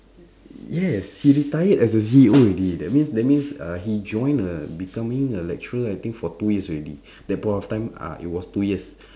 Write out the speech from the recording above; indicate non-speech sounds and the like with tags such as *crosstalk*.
yes he retired as a C_E_O already that means that means uh he join uh becoming a lecturer for two years already *breath* that point of time it was two years *breath*